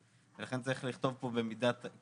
ולכן צריך לכתוב פה איזשהו